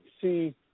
see